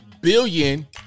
billion